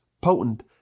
potent